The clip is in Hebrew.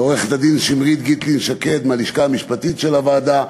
לעורכת-הדין שמרית גיטלין-שקד מהלשכה המשפטית של הוועדה,